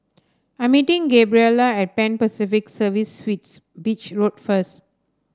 I'm meeting Gabriela at Pan Pacific Serviced Suites Beach Road first